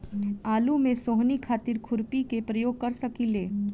आलू में सोहनी खातिर खुरपी के प्रयोग कर सकीले?